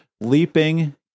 leaping